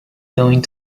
going